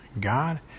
God